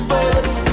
First